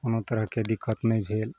कोनो तरहके दिक्कत नहि भेल